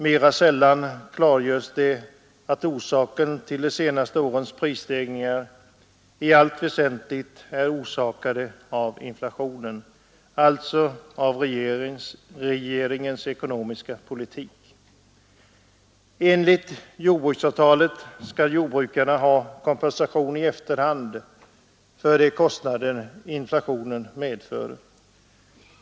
Mera sällan klargörs det att de senaste årens prisstegringar i allt väsentligt orsakats av inflationen, alltså av regeringens ekonomiska politik. Enligt jordbruksavtalet skall jordbrukarna ha kompensation i efterhand för de kostnader inflationen medför.